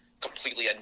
completely